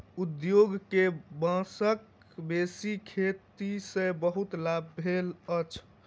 उद्योग के बांसक बेसी खेती सॅ बहुत लाभ भेल अछि